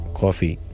coffee